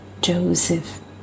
joseph